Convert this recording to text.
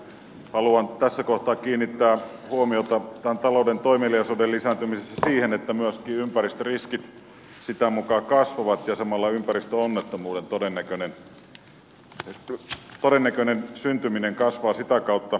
haluan tässä kohtaa kiinnittää huomiota tämän taloudellisen toimeliaisuuden lisääntymisessä siihen että myöskin ympäristöriskit sitä mukaa kasvavat ja samalla ympäristöonnettomuuden todennäköinen syntyminen kasvaa sitä kautta